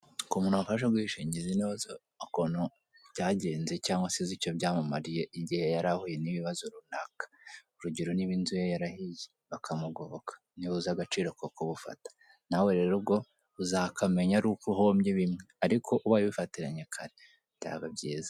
K'umuntu wafashe ubwishingizi niwe uzi ukuntu byagenze cyangwa se uzi icyo byamumariye igihe yarahuye n'ibabazo runaka, urugero niba inzu ye yarahiye bakamugoboka, niwe uzi agaciro ko kubufata nawe rero ubwo uzakamenya ari uko uhombye bimwe ariko ubaye ubifatiranye kare byaba byiza.